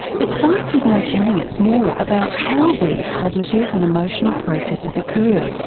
but science is now telling us more about how these cognitive and emotional processes occur.